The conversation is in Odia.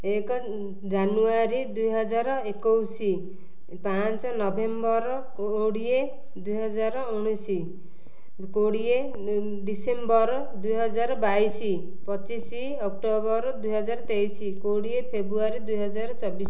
ଏକ ଜାନୁଆରୀ ଦୁଇ ହଜାର ଏକୋଇଶି ପାଞ୍ଚ ନଭେମ୍ବର କୋଡ଼ିଏ ଦୁଇହଜାର ଉଣେଇଶି କୋଡ଼ିଏ ଡିସେମ୍ବର ଦୁଇ ହଜାର ବାଇଶି ପଚିଶି ଅକ୍ଟୋବର ଦୁଇ ହଜାର ତେଇଶି କୋଡ଼ିଏ ଫେବୃଆରୀ ଦୁଇହଜାର ଚବିଶି